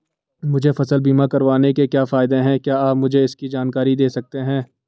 मुझे फसल बीमा करवाने के क्या फायदे हैं क्या आप मुझे इसकी जानकारी दें सकते हैं?